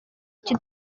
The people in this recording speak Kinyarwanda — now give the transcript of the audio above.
icyo